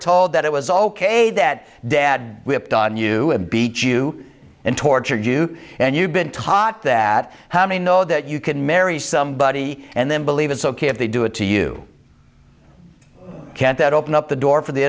told that it was ok that dad we have done you beat you and tortured you and you've been taught that how many know that you can marry somebody and then believe it's ok if they do it to you can't that open up the door for the